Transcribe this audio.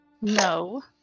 No